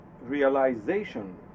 realization